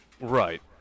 Right